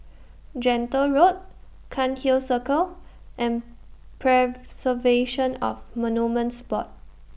Gentle Road Cairnhill Circle and Preservation of Monuments Board